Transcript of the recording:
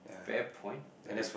fair point I agree